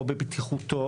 או בבטיחותו,